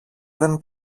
δεν